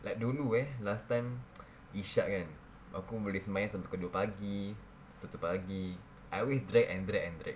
like dulu eh last time isyak kan aku boleh sembayang samapi pukul dua pagi satu pagi I always drag and drag and drag